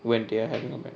when they are having a